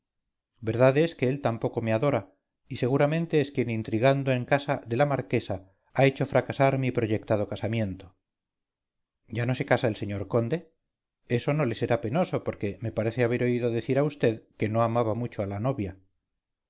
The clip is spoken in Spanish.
verdad es que él tampoco me adora y seguramente es quien intrigando en casa de la marquesa ha hecho fracasar mi proyectado casamiento ya no se casa el señor conde eso no le será penoso porque me parece haber oído decir a vd que no amaba mucho a la novia